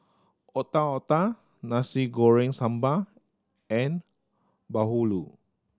Otak Otak Nasi Goreng Sambal and bahulu